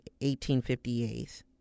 1858